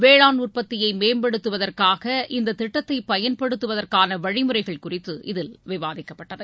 வேளாண் உற்பத்தியைமேம்படுத்துவதற்காக இந்ததிட்டத்தைபயன்படுத்துவதற்கானவழிமுறைகள் குறித்து இதில் விவாதிக்கப்பட்டது